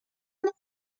isère